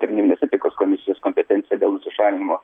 tarnybinės etikos komisijos kompetencija dėl nusišalinimo